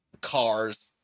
cars